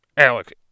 Alex